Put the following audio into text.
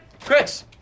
chris